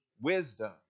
wisdom